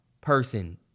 person